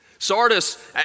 Sardis